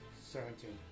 Seventeen